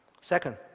Second